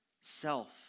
self